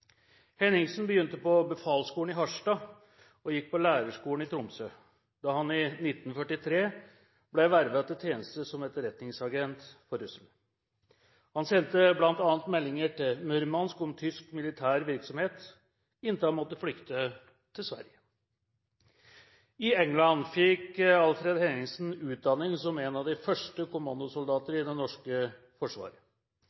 Henningsen begynte på befalsskolen i Harstad og gikk på lærerskolen i Tromsø, da han i 1943 ble vervet til tjeneste som etterretningsagent for russerne. Han sendte bl.a. meldinger til Murmansk om tysk militær virksomhet, inntil han måtte flykte til Sverige. I England fikk Alfred Henningsen utdanning som en av de første